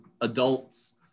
adults